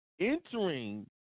entering